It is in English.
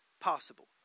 possible